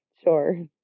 Sure